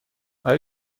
آیا